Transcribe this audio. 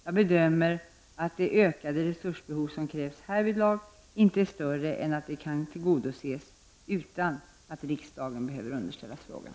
Jag bedömer att det ökade resursbehovet som krävs härvidlag inte är större än att det kan tillgodoses utan att riksdagen behöver underställas frågan.